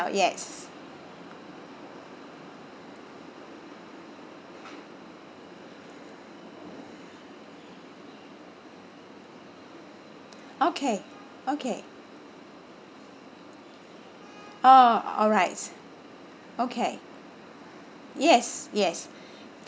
yes okay okay oh alright okay yes yes